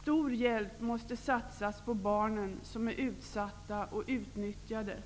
Stor hjälp måste satsas på barnen, som är utsatta och utnyttjade.